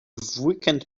weekend